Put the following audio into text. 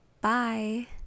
Bye